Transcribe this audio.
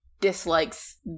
dislikes